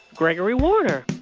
gregory warner.